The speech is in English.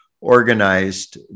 organized